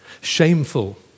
shameful